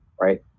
right